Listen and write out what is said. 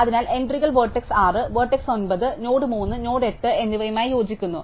അതിനാൽ എൻട്രികൾ vertex 6 vertex 9 node 3 node 8 എന്നിവയുമായി യോജിക്കുന്നു